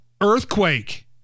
earthquake